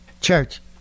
Church